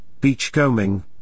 beachcombing